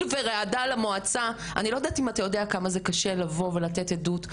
ורעדה למועצה - אני לא יודעת אם אתה יודע כמה זה קשה לבוא ולתת עדות.